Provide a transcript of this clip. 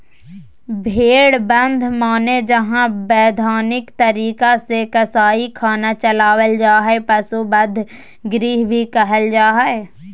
भेड़ बध माने जहां वैधानिक तरीका से कसाई खाना चलावल जा हई, पशु वध गृह भी कहल जा हई